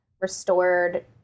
restored